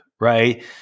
right